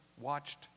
watched